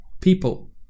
people